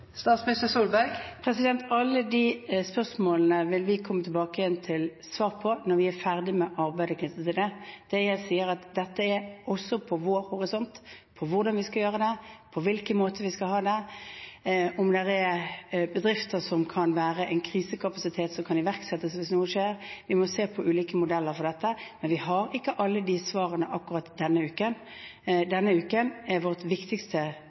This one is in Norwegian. Alle de spørsmålene vil vi komme tilbake til og svare på når vi er ferdig med arbeidet knyttet til det. Dette er også på vår horisont, hvordan vi skal gjøre det, på hvilken måte vi skal ha det, om det er bedrifter som kan være en krisekapasitet som kan iverksettes hvis noe skjer. Vi må se på ulike modeller for dette, men vi har ikke alle de svarene akkurat denne uken. Denne uken er vårt viktigste